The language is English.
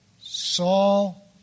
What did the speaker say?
Saul